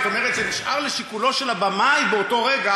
זאת אומרת, זה נשאר לשיקולו של הבמאי באותו רגע.